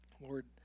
Lord